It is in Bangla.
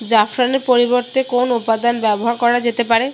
জাফরানের পরিবর্তে কোন উপাদান ব্যবহার করা যেতে পারে